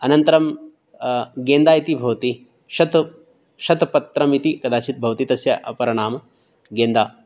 अनन्तरं गेन्दा इति भवति शत् शतपत्रम् इति कदाचित् भवति तस्य अपर नाम गेन्दा